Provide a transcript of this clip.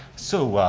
so,